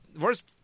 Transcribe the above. worst